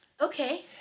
Okay